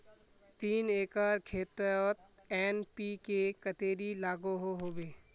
तीन एकर खेतोत एन.पी.के कतेरी लागोहो होबे?